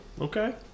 Okay